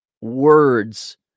words